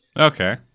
Okay